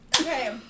Okay